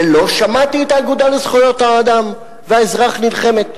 ולא שמעתי את האגודה לזכויות האדם והאזרח נלחמת.